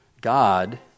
God